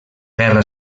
guerra